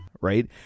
Right